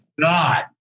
god